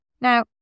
Now